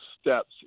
steps